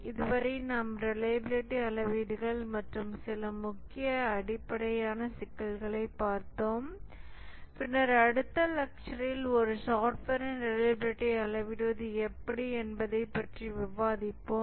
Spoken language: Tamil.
இதுவரை நாம் ரிலையபிலிடி அளவீடுகள் மற்றும் சில மிக அடிப்படையான சிக்கல்களைப் பார்த்தோம் பின்னர் அடுத்த லக்ட்ஷரில் ஒரு சாப்ட்வேரின் ரிலையபிலிடியை அளவிடுவது எப்படி என்பதைப் பற்றி விவாதிப்போம்